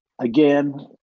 again